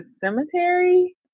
cemetery